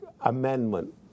amendment